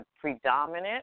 predominant